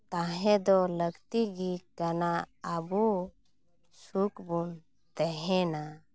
ᱛᱟᱦᱮᱸ ᱫᱚ ᱞᱟᱹᱠᱛᱤ ᱜᱮ ᱠᱟᱱᱟ ᱟᱵᱚ ᱥᱩᱠ ᱵᱚᱱ ᱛᱮᱦᱮᱱᱟ